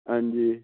ਹਾਂਜੀ